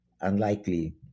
unlikely